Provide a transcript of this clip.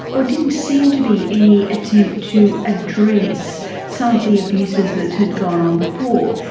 or didn't seem to be, any attempt to address some of the abuses that had gone on before.